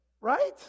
right